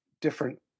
different